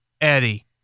Eddie